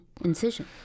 incision